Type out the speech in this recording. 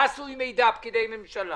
מה עשו עם מידע פקידי ממשלה